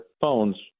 phones